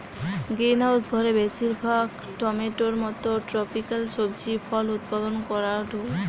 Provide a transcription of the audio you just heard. greenhouse ঘরে বেশিরভাগ টমেটোর মতো ট্রপিকাল সবজি ফল উৎপাদন করাঢু